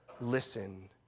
listen